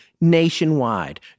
nationwide